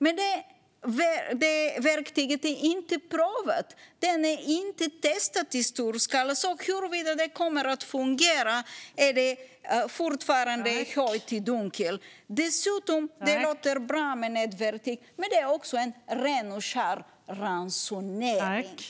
Men verktyget har inte prövats, inte testats i stor skala. Huruvida det kommer att fungera är fortfarande höljt i dunkel. Det låter bra med nätverktyg, men det är också ren och skär ransonering.